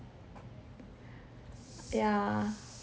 yeah